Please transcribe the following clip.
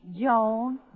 Joan